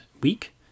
week